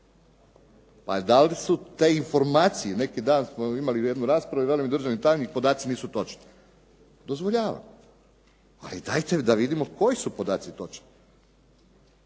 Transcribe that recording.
Da li su te informacije, neki dan smo imali jednu raspravu i veli mi državni tajnik podaci nisu točni. Dozvoljavam, ali dajte da vidimo koji su podaci točni.